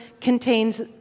contains